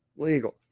legal